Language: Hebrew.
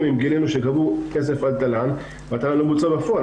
אם גילינו שגבו כסף על תל"ן והתל"ן לא בוצע בפועל.